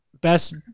Best